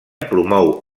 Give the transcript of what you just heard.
promou